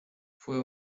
fue